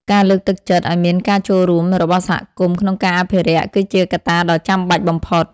ការលើកទឹកចិត្តឲ្យមានការចូលរួមរបស់សហគមន៍ក្នុងការអភិរក្សគឺជាកត្តាដ៏ចាំបាច់បំផុត។